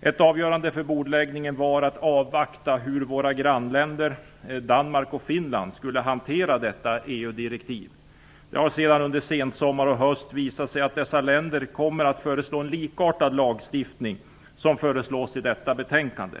Ett argument för bordläggningen var att avvakta hur våra grannländer Danmark och Finland skulle hantera detta EU-direktiv. Det har sedan under sensommaren och hösten visat sig att dessa länder kommer att föreslå en likartad lagstiftning som den som föreslås i detta betänkande.